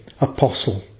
apostle